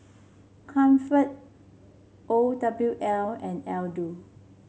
Comfort O W L and Aldo